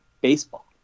baseball